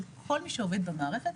של כל מי שעובד במערכת,